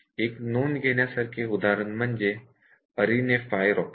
एक नोंद घेण्यासारखे उदाहरण म्हणजे अरिणे 5 रॉकेट